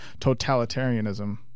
totalitarianism